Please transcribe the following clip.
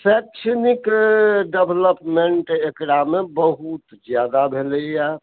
शैक्षणिक डेवलोपमेन्ट एकर मे बहुत जादा भेलैए